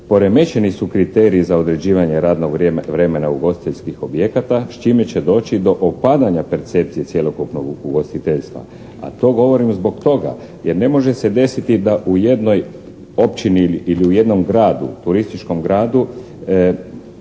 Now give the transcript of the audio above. poremećeni su kriteriji za određivanje radnog vremena ugostiteljskih objekata s čime će doći do opadanja percepcije cjelokupnog ugostiteljstva a to govorim zbog toga jer ne može se desiti da u jednoj općini ili u jednom gradu, turističkom gradu